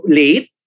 late